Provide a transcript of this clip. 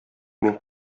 мин